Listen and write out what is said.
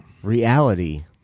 Reality